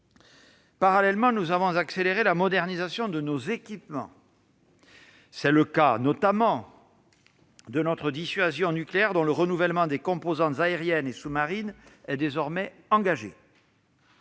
Parallèlement, nous avons accéléré la modernisation des équipements. C'est notamment le cas de notre dissuasion nucléaire, dont le renouvellement des composantes aériennes et sous-marines est désormais engagé.